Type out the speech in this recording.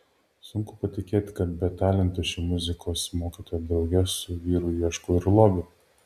sunku patikėti kad be talentų ši muzikos mokytoja drauge su vyru ieško ir lobių